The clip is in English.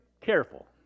careful